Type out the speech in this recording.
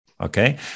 Okay